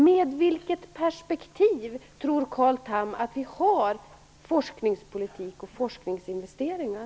Med vilket perspektiv tror Carl Tham att vi har forskningspolitik och forskningsinvesteringar?